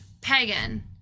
Pagan